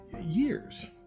years